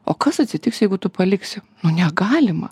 o kas atsitiks jeigu tu paliksi nu negalima